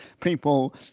People